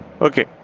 Okay